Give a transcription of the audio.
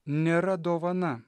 nėra dovana